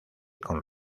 con